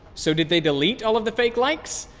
so did they delete all of the fake likes?